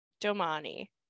Domani